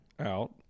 out